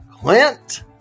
Clint